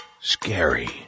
scary